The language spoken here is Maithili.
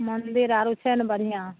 मन्दिर आरो छै ने बढ़िआँ